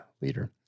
leader